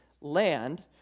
land